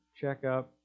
checkup